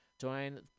Join